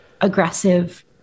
aggressive